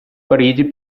parigi